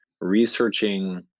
researching